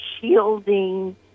shielding